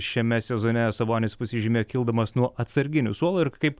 šiame sezone sabonis pasižymėjo kildamas nuo atsarginių suolo ir kaip